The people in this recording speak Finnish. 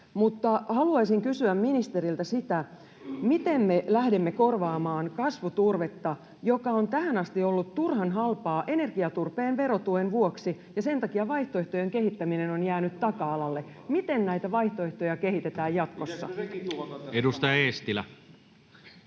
Haluaisin kysyä ministeriltä sitä, miten me lähdemme korvaamaan kasvuturvetta, joka on tähän asti ollut turhan halpaa energiaturpeen verotuen vuoksi, ja sen takia vaihtoehtojen kehittäminen on jäänyt taka-alalle. Miten näitä vaihtoehtoja kehitetään jatkossa? [Hannu